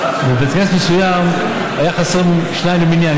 בבית כנסת מסוים היו חסרים שניים למניין.